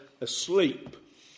asleep